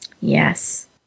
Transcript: Yes